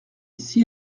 ici